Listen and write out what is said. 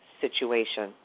situation